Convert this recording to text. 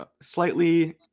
slightly